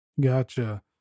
Gotcha